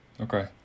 Okay